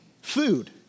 food